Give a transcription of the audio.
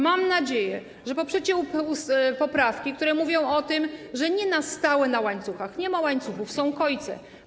Mam nadzieję, że poprzecie poprawki, które mówią o tym, że nie na stałe na łańcuchach - nie ma łańcuchów, są kojce.